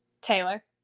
taylor